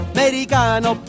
Americano